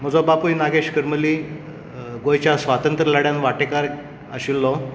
म्हजो बापूय नागेश करमली गोंयच्या स्वातंत्र्यलड्यांत वांटेकार आशिल्लो